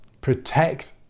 protect